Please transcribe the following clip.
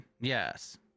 Yes